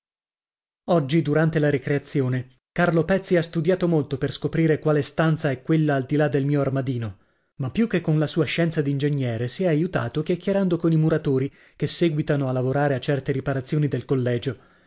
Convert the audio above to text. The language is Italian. oggi durante la ricreazione carlo pezzi ha studiato molto per scoprire quale stanza è quella al di là del mio armadino ma più che con la sua scienza d'ingegnere si è aiutato chiacchierando con i muratori che seguitano a lavorare a certe riparazioni del collegio